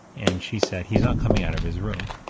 and she said, he's not coming out of his room.